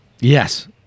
yes